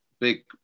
big